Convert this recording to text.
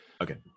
Okay